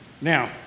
Now